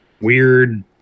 weird